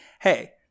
hey